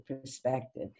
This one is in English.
perspective